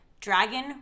dragon